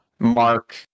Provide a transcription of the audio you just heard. mark